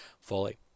fully